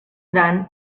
gran